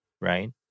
Right